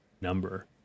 number